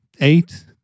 eight